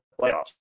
playoffs